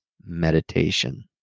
meditation